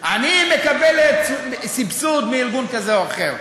אני מקבל סבסוד מארגון כזה או אחר.